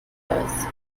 weiß